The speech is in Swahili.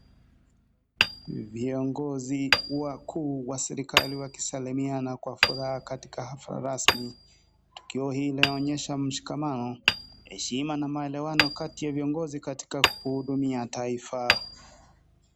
Viongozi wakuu wa serikali wakisalimiana kwa furaha katika hafla rasmi. Tukio hii inayoonyesha mshikamano, heshima, na maelewano katika kuhudumia taifa.